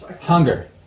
Hunger